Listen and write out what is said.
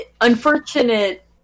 unfortunate